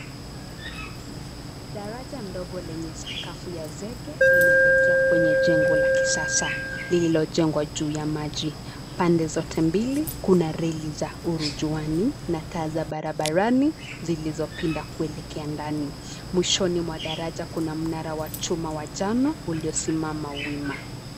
Daraja ndogo lenye sakafu ya zege linaelekea kwenye jengo la kisasa lililojengwa juu ya maji. Pande zote mbili kuna reli za urujuwani na taa za barabarani zilizopinda kuelekea ndani. Mwishoni mwa daraja kuna mnara wa chuma wa njano uliosimama wima.